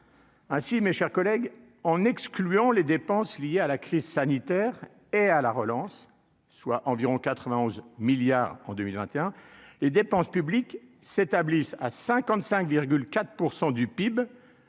Ah si, mes chers collègues, en excluant les dépenses liées à la crise sanitaire et à la relance, soit environ 91 milliards en 2021, les dépenses publiques s'établissent à 55,4 % du PIB,